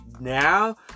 now